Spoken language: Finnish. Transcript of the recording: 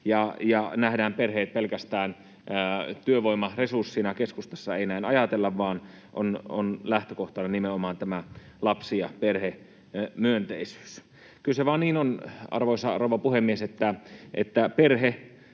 nähdään perheet pelkästään työvoimaresurssina. Keskustassa ei näin ajatella, vaan on lähtökohtana nimenomaan tämä lapsi- ja perhemyönteisyys. Kyllä se vaan niin on, arvoisa rouva puhemies, että perhe,